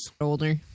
Older